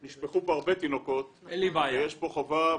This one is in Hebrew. נשפכו פה הרבה תינוקות ויש לנו חובה מוסרית מצדנו לטפל בזה.